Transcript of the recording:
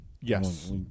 Yes